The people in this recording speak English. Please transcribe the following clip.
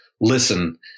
listen